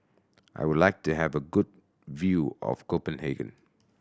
I would like to have a good view of Copenhagen